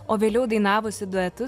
o vėliau dainavusi duetu